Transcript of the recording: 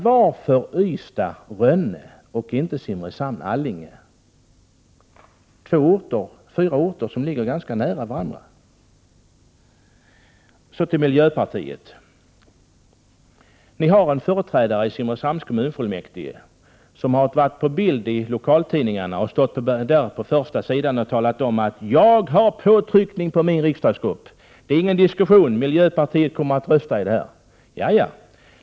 Varför Ystad-Rönne och inte Simrishamn-Allinge, fyra orter som ligger ganska nära varandra? Så till miljöpartiet. Ni har en företrädare i Simrishamns kommunfullmäktige. Han har varit avbildad på första sidan i lokaltidningarna och han har förklarat: Jag har påtryckning på min riksdagsgrupp. Det är ingen diskussion, miljöpartiet kommer att rösta på det här.